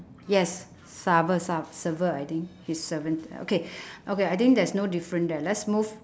yes surfe~ su~ surfer I think she's surfing ya okay okay I think there's no difference there let's move